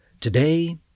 Today